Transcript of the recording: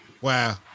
Wow